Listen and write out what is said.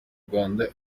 rwanda